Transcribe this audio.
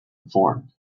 informed